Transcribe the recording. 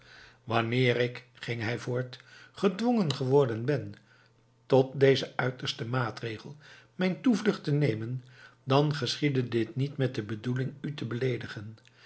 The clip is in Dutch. wanneer ik ging hij voort gedwongen geworden ben tot dezen uitersten maatregel mijn toevlucht te nemen dan geschiedde dit niet met de bedoeling u te beleedigen